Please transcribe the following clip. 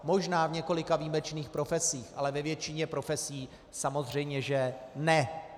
Možná v několika výjimečných profesích, ale ve většině profesí samozřejmě že ne.